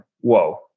whoa